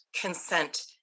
consent